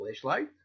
flashlight